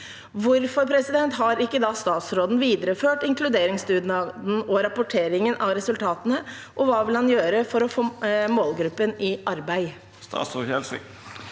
Hvorfor har ikke statsråden videreført inkluderingsdugnaden og rapporteringen av resultatene, og hva vil han gjøre for å få målgruppen i arbeid?» Statsråd Sigbjørn